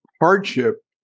hardship